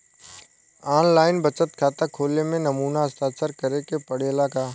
आन line बचत खाता खोले में नमूना हस्ताक्षर करेके पड़ेला का?